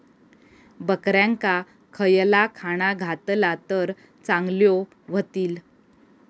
बकऱ्यांका खयला खाणा घातला तर चांगल्यो व्हतील?